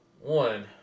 One